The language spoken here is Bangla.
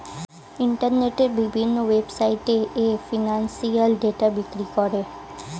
ইন্টারনেটের বিভিন্ন ওয়েবসাইটে এ ফিনান্সিয়াল ডেটা বিক্রি করে